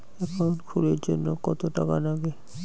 Account খুলির জন্যে কত টাকা নাগে?